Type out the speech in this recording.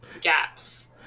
gaps